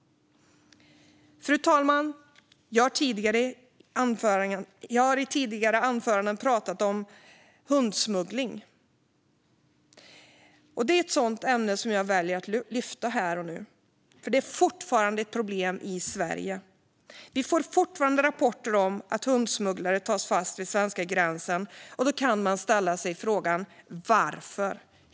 Fru talman! Jag har i tidigare anföranden pratat om hundsmuggling, och det är ett ämne jag väljer att lyfta även här och nu. Det är fortfarande ett problem i Sverige. Vi får fortfarande rapporter om att hundsmugglare tas fast vid den svenska gränsen, och man kan ställa sig frågan varför.